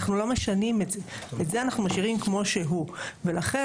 את זה אנחנו משאירים כמו שהוא ולכן